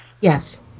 Yes